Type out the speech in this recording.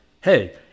hey